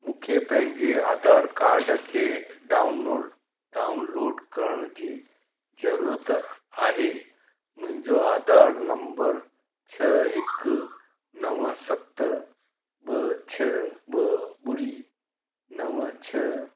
मूंखे पंहिंजे आधार कार्ड खे डाउनलोड डाउनलोड करण जी ज़रूरत आहे मुंहिंजो आधार नम्बर छह हिकु नव सत ॿ छह ॿ ॿुड़ी नव छह